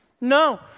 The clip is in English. No